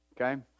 Okay